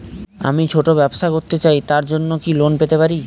আমি ছোট ব্যবসা করতে চাই তার জন্য কি লোন পেতে পারি?